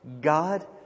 God